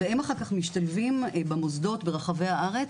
והם אחר כך משתלבים במוסדות ברחבי הארץ,